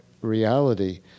reality